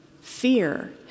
fear